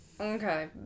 Okay